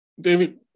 David